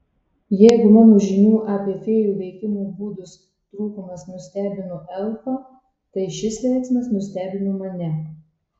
jeigu mano žinių apie fėjų veikimo būdus trūkumas nustebino elfą tai šis veiksmas nustebino mane